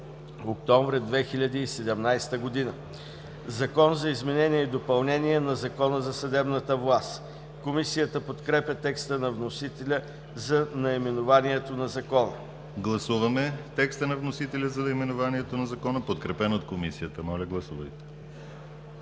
октомври 2017 г. „Закон за изменение и допълнение на Закона за съдебната власт“. Комисията подкрепя текста на вносителя за наименованието на Закона. ПРЕДСЕДАТЕЛ ДИМИТЪР ГЛАВЧЕВ: Гласуваме текста на вносителя за наименованието на Закона, подкрепен от Комисията. Гласували